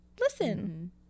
Listen